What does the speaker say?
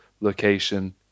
location